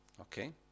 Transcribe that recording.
okay